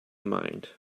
mind